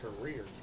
career